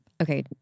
okay